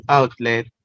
outlet